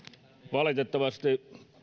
valitettavasti